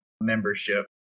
membership